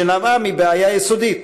שנבעה מבעיה יסודית: